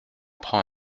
prend